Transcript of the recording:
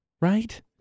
Right